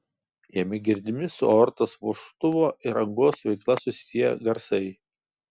jame girdimi su aortos vožtuvo ir angos veikla susiję garsai